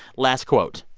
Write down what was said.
last quote.